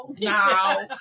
no